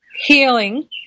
healing